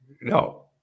No